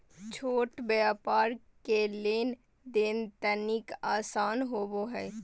छोट व्यापार मे लेन देन तनिक आसान होवो हय